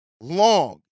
long